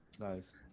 Nice